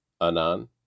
Anan